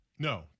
No